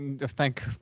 thank